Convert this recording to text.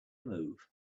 move